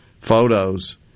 photos